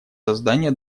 создание